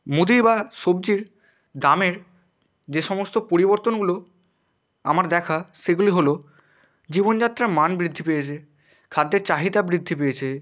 মুদি বা সবজির দামের যে সমস্ত পরিবর্তনগুলো আমার দেখা সেগুলি হল জীবনযাত্রার মান বৃদ্ধি পেয়েছে খাদ্যের চাহিদা বৃদ্ধি পেয়েছে